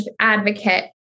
advocate